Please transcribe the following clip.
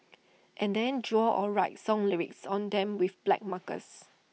and then draw or write song lyrics on them with black markers